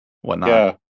whatnot